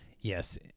Yes